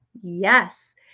Yes